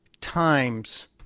times